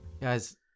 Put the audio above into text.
Guys